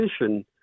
mission